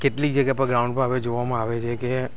કેટલી જગ્યા પર ગ્રાઉન્ડ પર આપણે જોવામાં આવે છે કે